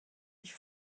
ich